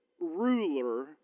ruler